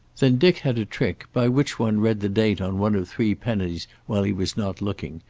then dick had a trick by which one read the date on one of three pennies while he was not looking,